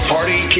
Party